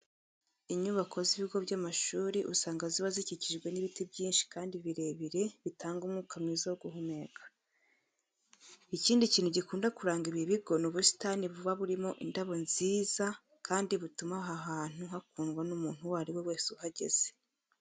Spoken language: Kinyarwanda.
Inyubako z'ibigo by'amashuri usanga ziba zikikijwe n'ibiti byinshi kandi birebire bitanga umwuka mwiza wo guhumeka. Ikindi kintu gikunda kuranga ibi bigo ni ubusitani buba burimo indabo nziza kandi butuma aho hantu hakundwa n'umuntu uwo ari we wese uhageze.